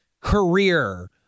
career